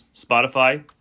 Spotify